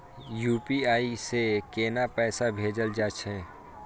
UPI से केना पैसा भेजल जा छे?